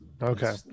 Okay